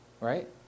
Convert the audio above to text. Right